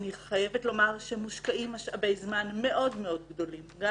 אני חייבת לומר שמושקעים משאבי זמן מאוד מאוד גדולים גם